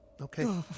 Okay